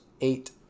eight